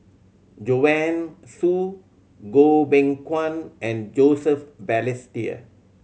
Joanne Soo Goh Beng Kwan and Joseph Balestier